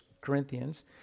Corinthians